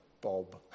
Bob